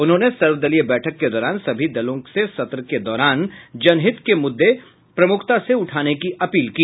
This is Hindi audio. उन्होंने सर्वदलीय बैठक के दौरान सभी दलों से सत्र के दौरान जनहित के मुद्दे प्रमुखता से उठाने की अपील की